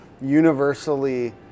universally